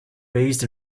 razed